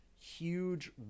Huge